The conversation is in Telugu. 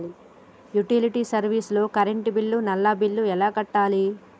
యుటిలిటీ సర్వీస్ లో కరెంట్ బిల్లు, నల్లా బిల్లు ఎలా కట్టాలి?